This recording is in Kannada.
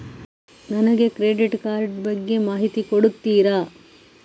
ನನಗೆ ಕ್ರೆಡಿಟ್ ಕಾರ್ಡ್ ಬಗ್ಗೆ ಮಾಹಿತಿ ಕೊಡುತ್ತೀರಾ?